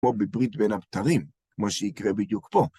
כמו בברית בין הבתרים, כמו שיקרה בדיוק פה.